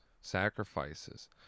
sacrifices